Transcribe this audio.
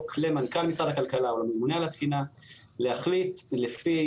למנכ"ל משרד הכלכלה או לממונה על התקינה להחליט לפי